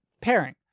pairing